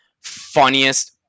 funniest